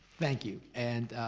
thank you. and,